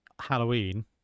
Halloween